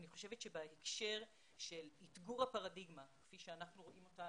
אני חושבת שבהקשר של אתגור הפרדיגמה כפי שאנחנו רואים אותה,